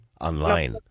online